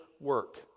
work